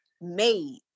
made